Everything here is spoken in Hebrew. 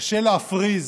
קשה להפריז